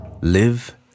Live